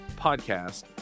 podcast